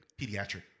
Pediatric